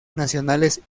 nacionales